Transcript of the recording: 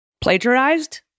plagiarized